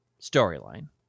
storyline